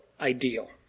ideal